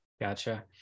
Gotcha